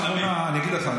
אני אגיד לך,